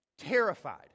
terrified